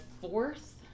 fourth